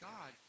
God